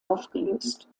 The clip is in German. aufgelöst